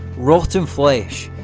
rotten flesh,